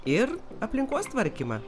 ir aplinkos tvarkymą